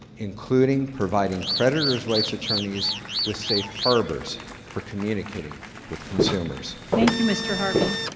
including providing creditors' rights attorneys with safe harbors for communicating with consumers. thank you, mr. harvey.